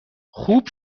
خوب